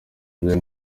byayo